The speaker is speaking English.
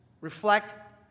reflect